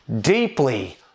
deeply